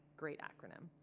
great acronym,